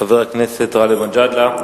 חבר הכנסת גאלב מג'אדלה.